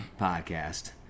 podcast